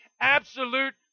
absolute